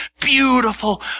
beautiful